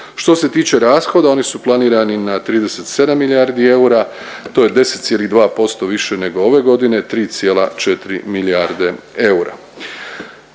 Što se tiče rashoda oni su planirani na 37 milijardi eura to je 10,2% više nego ove godine 3,4 milijarde eura.